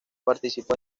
participó